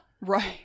Right